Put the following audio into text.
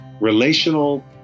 Relational